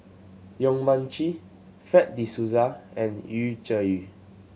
Yong Mun Chee Fred De Souza and Yu Zhuye